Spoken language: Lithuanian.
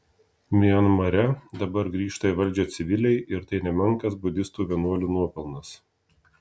mianmare dabar grįžta į valdžią civiliai ir tai nemenkas budistų vienuolių nuopelnas